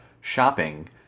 shopping